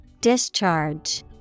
Discharge